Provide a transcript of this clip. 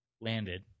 landed